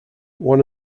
one